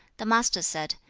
the master said,